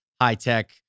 high-tech